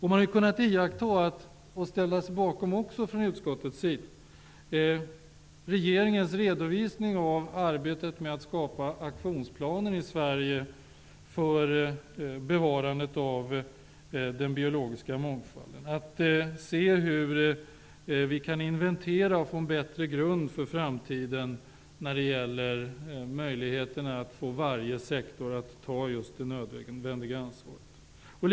Man har kunnat iaktta -- och från utskottets sida ställa sig bakom -- regeringens redovisning av arbetet med att skapa aktionsplaner i Sverige för att bevara den biologiska mångfalden och för att se hur vi skall inventera för att vi skall få en bättre grund för framtiden när det gäller möjligheterna att få varje sektor att ta det nödvändiga ansvaret.